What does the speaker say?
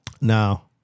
Now